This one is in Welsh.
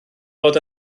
bod